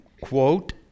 quote